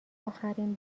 اخرین